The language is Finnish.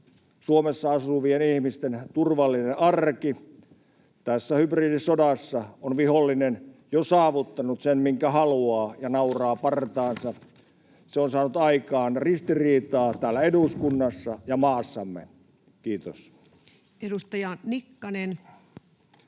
Suomessa asuvien ihmisten turvallinen arki. Tässä hybridisodassa on vihollinen jo saavuttanut sen, minkä haluaa, ja nauraa partaansa. Se on saanut aikaan ristiriitaa täällä eduskunnassa ja maassamme. — Kiitos. Edustaja Nikkanen.